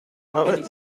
cael